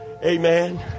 Amen